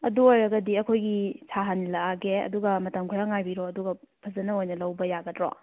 ꯑꯗꯨ ꯑꯣꯏꯔꯒꯗꯤ ꯑꯩꯈꯣꯏꯒꯤ ꯁꯥꯍꯜꯂꯛ ꯑꯒꯦ ꯑꯗꯨꯒ ꯃꯇꯝ ꯈꯔ ꯉꯥꯏꯕꯤꯔꯣ ꯑꯗꯨꯒ ꯐꯖꯅ ꯑꯣꯏꯅ ꯂꯧꯕ ꯌꯥꯒꯗ꯭ꯔꯣ